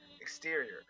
Exterior